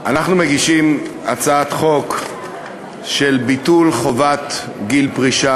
אנחנו מגישים הצעת חוק לביטול חובת גיל פרישה